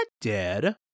dead